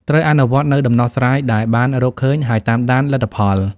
ត្រូវអនុវត្តនូវដំណោះស្រាយដែលបានរកឃើញ ហើយតាមដានលទ្ធផល។